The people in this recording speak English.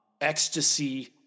ecstasy